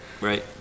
right